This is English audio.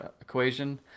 equation